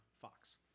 Fox